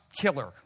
killer